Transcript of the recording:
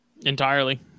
Entirely